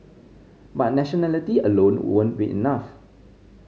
but nationality alone won't be enough